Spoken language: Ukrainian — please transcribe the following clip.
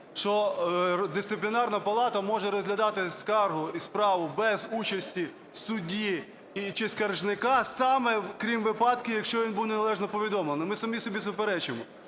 що Дисциплінарна палата може розглядати скаргу і справу без участі судді чи скаржника саме, крім випадків, якщо він був неналежно повідомлений? Ми самі собі суперечимо.